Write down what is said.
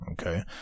Okay